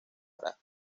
hará